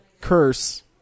Curse